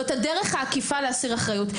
זאת הדרך העקיפה להסיר אחריות.